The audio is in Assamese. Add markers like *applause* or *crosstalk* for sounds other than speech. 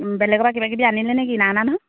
*unintelligible*